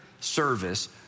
service